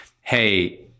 hey